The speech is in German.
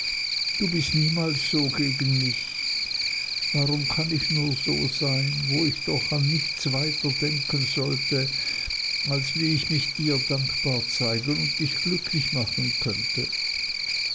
du bist niemals so gegen mich warum kann ich nur so sein wo ich doch an nichts weiter denken sollte als wie ich mich dir dankbar zeigen und dich glücklich machen könnte